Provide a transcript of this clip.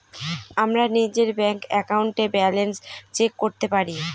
আমরা নিজের ব্যাঙ্ক একাউন্টে ব্যালান্স চেক করতে পারি